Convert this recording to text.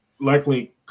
Likely